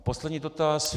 Poslední dotaz.